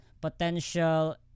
potential